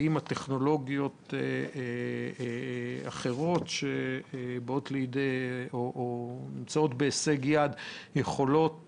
האם טכנולוגיות אחרות שנמצאות בהישג יד יכולות